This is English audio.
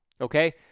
okay